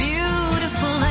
Beautiful